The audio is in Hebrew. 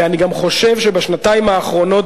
ואני גם חושב שבשנתיים האחרונות,